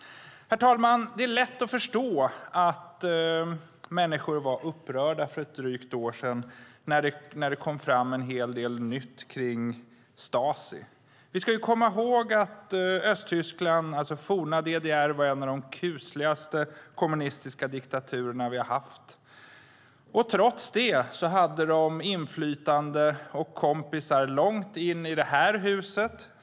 Herr talman! Det är lätt att förstå att människor var upprörda för drygt ett år sedan när det kom fram en hel del nytt om Stasi. Vi ska komma ihåg att Östtyskland, forna DDR, är en av de kusligaste kommunistiska diktaturer vi haft. Trots det hade de inflytande och kompisar långt in i det här huset.